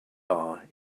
are